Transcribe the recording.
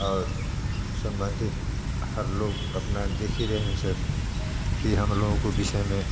और सम्बंधित हर लोग अपना देख ही रहे हैं सर कि हम लोगों को विषय में